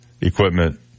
equipment